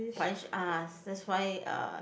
punish us that's why uh